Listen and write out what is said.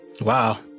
Wow